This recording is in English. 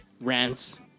rants